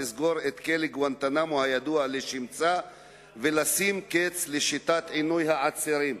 לסגור את כלא גואנטנמו הידוע לשמצה ולשים קץ לשיטת עינוי העצירים.